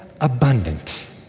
abundant